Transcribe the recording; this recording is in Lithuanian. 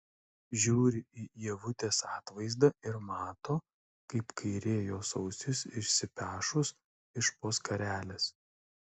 žiūri į ievutės atvaizdą ir mato kaip kairė jos ausis išsipešus iš po skarelės